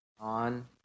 on